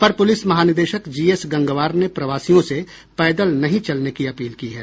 अपर police महानिदेशक G S Gangwar ने प्रवासियों से पैदल नहीं चलने की अपील की है